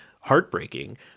Heartbreaking